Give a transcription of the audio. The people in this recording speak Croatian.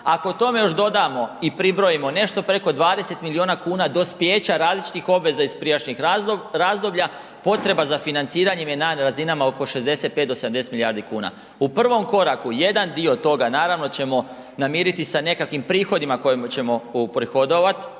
Ako tome još dodamo i pribrojimo nešto preko 20 miliona kuna dospijeća različitih obveza iz prijašnjih razdoblja, potreba za financiranjem je na razinama oko 65 do 70 milijardi kuna. U prvom koraku jedan dio toga, naravno ćemo namiriti sa nekakvim prihodima kojima ćemo uprihodovati,